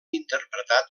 interpretat